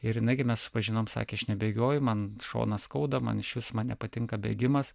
ir jinai kai mes susipažinom sakė aš nebėgioju man šoną skauda man išvis man nepatinka bėgimas